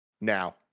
now